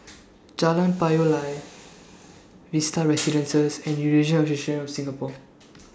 Jalan Payoh Lai Vista Residences and Eurasian Association of Singapore